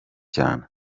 cyane